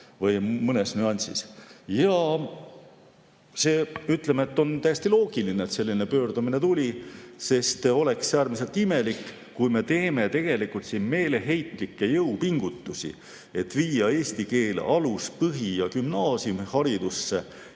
mõnes nüansis. See, ütleme, on täiesti loogiline, et selline pöördumine tuli, sest oleks äärmiselt imelik, kui me teeme siin meeleheitlikke jõupingutusi, et viia eesti keel alus‑, põhi‑ ja gümnaasiumiharidusse